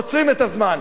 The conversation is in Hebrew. עוצרים את הזמן.